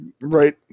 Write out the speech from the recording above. Right